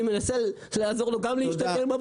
אני מנסה לעזור לו להשתקם,